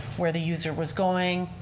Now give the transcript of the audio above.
where the user was going.